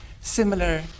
similar